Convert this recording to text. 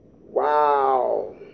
Wow